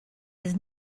his